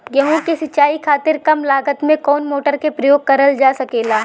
गेहूँ के सिचाई खातीर कम लागत मे कवन मोटर के प्रयोग करल जा सकेला?